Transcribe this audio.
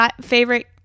favorite